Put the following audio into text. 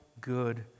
good